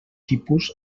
tipus